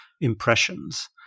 impressions